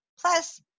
Plus